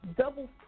double